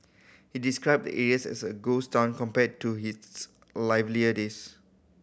he described the area as a ghost town compared to his livelier days